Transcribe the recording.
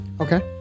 Okay